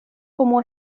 como